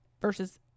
versus